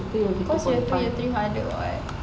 cause year two year three harder [what]